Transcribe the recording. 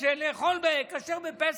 על לאכול כשר בפסח,